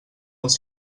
els